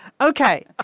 Okay